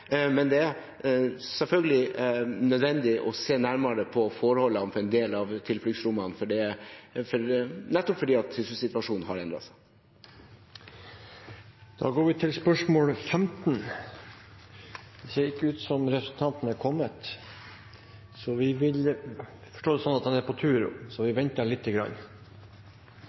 men det er selvfølgelig nødvendig å se nærmere på forholdene for en del av tilfluktsrommene, nettopp fordi at sikkerhetssituasjonen har endret seg. Det ser ikke ut som representanten er kommet, men vi venter litt. Ettersom representanten nå er kommet, går vi til spørsmålet, fra representanten Lene Vågslid til justis- og beredskapsminister Per-Willy Amundsen. Presidenten gjør oppmerksom på